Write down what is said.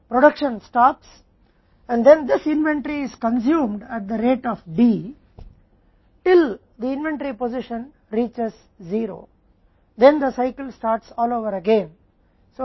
उत्पादन बंद हो जाता है और फिर इस इन्वेंट्री की D की दर से खपत किया जाता है जब तक इन्वेंट्री की स्थिति नहीं पहुंच जाती है तब तक चक्र फिर से शुरू हो जाता है